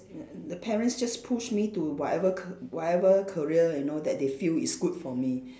the parents just push me to whatever ca~ whatever career you know that they feel is good for me